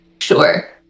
Sure